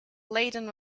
laden